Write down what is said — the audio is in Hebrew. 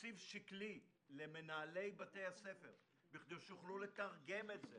בתקציב שקלי למנהלי בתי הספר בכדי שיוכלו לתרגם את זה